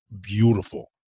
beautiful